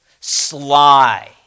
sly